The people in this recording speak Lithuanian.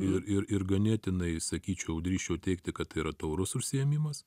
ir ir ganėtinai sakyčiau drįsčiau teigti kad yra taurus užsiėmimas